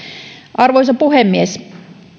arvoisa puhemies